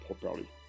properly